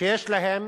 שיש להם